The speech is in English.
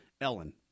Ellen